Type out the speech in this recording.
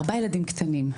ארבעה ילדים קטנים.